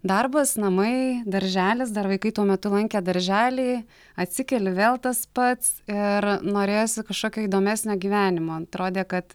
darbas namai darželis dar vaikai tuo metu lankė darželį atsikeli vėl tas pats ir norėjosi kažkokio įdomesnio gyvenimo atrodė kad